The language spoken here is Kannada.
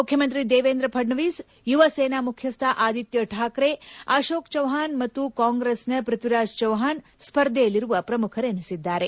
ಮುಖ್ಯಮಂತ್ರಿ ದೇವೇಂದ್ರ ಫಡ್ನವಿಸ್ ಯುವ ಸೇನಾ ಮುಖ್ಯಸ್ಥ ಆದಿತ್ಯ ಠಾಕ್ರೆ ಅಶೋಕ್ ಚವಾಣ್ ಮತ್ತು ಕಾಂಗ್ರೆಸ್ನ ಪೃಥ್ವಿರಾಜ್ ಚವ್ಹಾಣ್ ಸ್ಪರ್ಧೆಯಲ್ಲಿರುವ ಪ್ರಮುಖರೆನಿಸಿದ್ದಾರೆ